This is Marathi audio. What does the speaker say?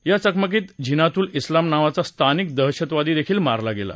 या चकमकीत झीनातुल इस्लाम नावाचा स्थानिक दहशतवादी देखील मारला गेला